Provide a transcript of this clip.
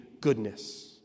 goodness